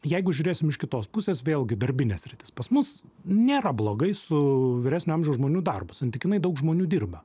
jeigu žiūrėsim iš kitos pusės vėlgi darbinė sritis pas mus nėra blogai su vyresnio amžiaus žmonių darbas santykinai daug žmonių dirba